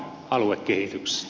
herra puhemies